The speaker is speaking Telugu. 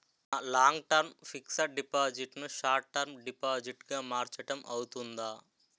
నా లాంగ్ టర్మ్ ఫిక్సడ్ డిపాజిట్ ను షార్ట్ టర్మ్ డిపాజిట్ గా మార్చటం అవ్తుందా?